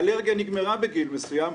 האלרגיה נגמרה בגיל מסוים,